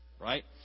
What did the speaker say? right